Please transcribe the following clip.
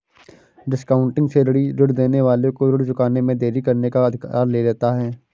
discounting से ऋणी ऋण देने वाले को ऋण चुकाने में देरी करने का अधिकार ले लेता है